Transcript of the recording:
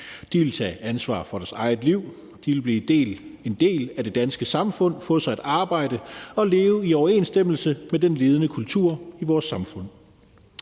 De ville tage ansvar for deres eget liv. De ville blive en del af det danske samfund, få sig et arbejde og leve i overensstemmelse med den ledende kultur i vores samfund.